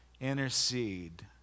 Intercede